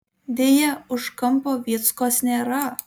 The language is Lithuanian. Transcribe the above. deja už kampo vyckos nėra